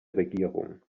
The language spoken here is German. regierung